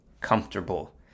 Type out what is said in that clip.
comfortable